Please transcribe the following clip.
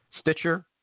Stitcher